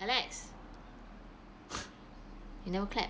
alex you never clap